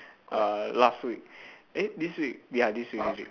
uh last week eh this week ya this week this week